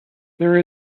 there